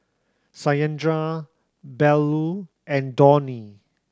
Satyendra Bellur and Dhoni